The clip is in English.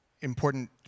important